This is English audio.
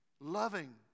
loving